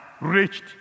reached